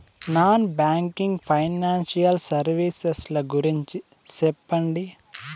Non banking financial services ల గురించి సెప్పండి?